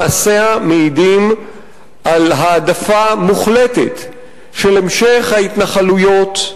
מעשיה מעידים על העדפה מוחלטת של המשך ההתנחלויות,